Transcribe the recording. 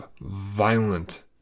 violent